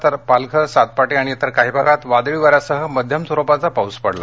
तर पालघर सातपाटी आणि इतर काही भागांत वादळी वार्यासह मध्यम स्वरूपाचा पाऊस पडला